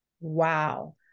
Wow